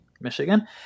Michigan